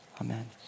amen